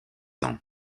ans